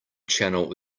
channel